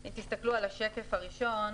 אם תסתכלו על השקף הראשון,